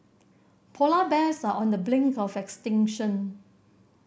polar bears are on the brink of extinction